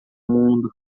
mundo